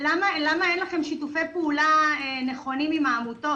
למה אין לכם שיתופי פעולה נכונים עם העמותות